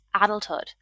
adulthood